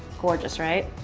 gorgeous, right?